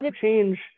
change